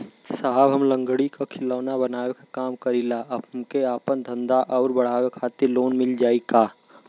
साहब हम लंगड़ी क खिलौना बनावे क काम करी ला हमके आपन धंधा अउर बढ़ावे के खातिर लोन मिल जाई का?